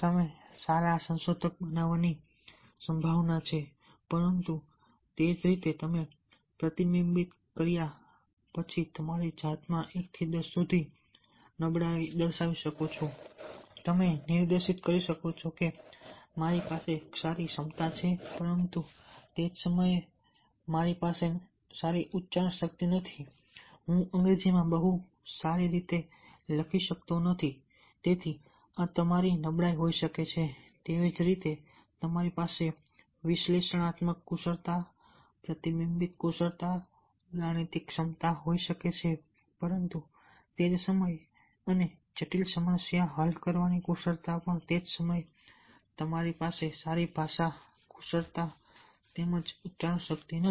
તમે સારા સંશોધક બનવાની સંભાવના છે પરંતુ તે જ રીતે તમે પ્રતિબિંબિત કર્યા પછી તમારી જાતમાં 1 થી 10 સુધીની નબળાઈ દર્શાવી શકો છો તમે નિર્દેશ કરી શકો છો કે મારી પાસે સારી ક્ષમતા છે પરંતુ તે જ સમયે મારી પાસે નથી સારી ઉચ્ચારણ શક્તિ હું અંગ્રેજીમાં બહુ સારી રીતે લખતો નથી તેથી આ તમારી નબળાઈ હોઈ શકે છે તેવી જ રીતે તમારી પાસે વિશ્લેષણાત્મક કુશળતા પ્રતિબિંબિત કુશળતા ગાણિતિક ક્ષમતા હોઈ શકે છે પરંતુ તે જ સમયે અને જટિલ સમસ્યા હલ કરવાની કુશળતા પણ તે જ સમયે તમારી પાસે સારી ભાષા કુશળતા તેમજ ઉચ્ચારણ શક્તિ નથી